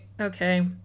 okay